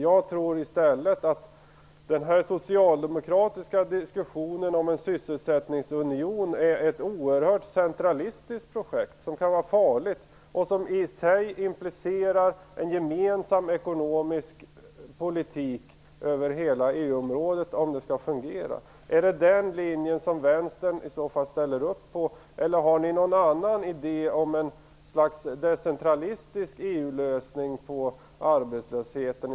Jag tror att den socialdemokratiska diskussionen om en sysselsättningsunion är ett oerhört centralistiskt projekt som kan vara farligt och som i sig implicerar en gemensam ekonomisk politik över hela EU området om det skall fungera. Är det den linjen som Vänsterpartiet i så fall ställer upp på, eller har ni någon annan idé om något slags decentralistisk EU lösning på problemet med arbetslösheten?